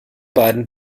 beiden